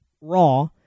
Raw